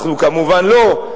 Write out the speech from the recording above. אנחנו כמובן לא,